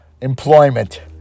employment